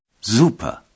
Super